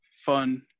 fun